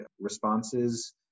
responses